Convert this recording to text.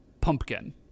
pumpkin